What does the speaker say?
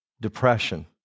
depression